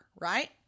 right